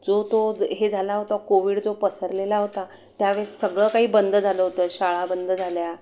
जो तो हे झाला होता कोविड जो पसरलेला होता त्यावेळेस सगळं काही बंद झालं होतं शाळा बंद झाल्या